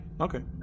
okay